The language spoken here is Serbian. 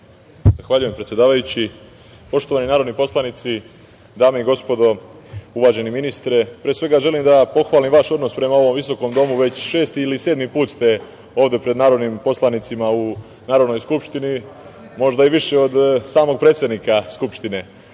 Zahvaljujem, predsedavajući. Poštovani narodni poslanici, dame i gospodo, uvaženi ministre, pre svega želim da pohvalim vaš odnos prema ovom Visokom domu. Već šesti ili sedmi put ste ovde pred narodnim poslanicima u Narodnoj skupštini, možda i više od samog predsednika Skupštine. Što